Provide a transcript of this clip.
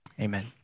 amen